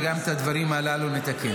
וגם את הדברים הללו נתקן.